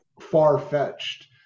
far-fetched